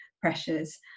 pressures